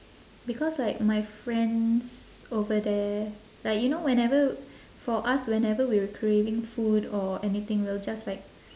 because like my friends over there like you know whenever for us whenever we're craving food or anything we'll just like